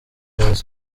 neza